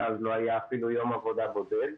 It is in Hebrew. מאז לא היה אפילו יום עבודה בודד.